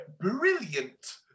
brilliant